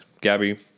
Gabby